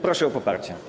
Proszę o poparcie.